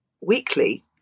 weekly